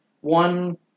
One